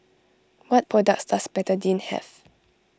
what products does Betadine have